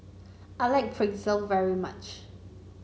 I like Pretzel very much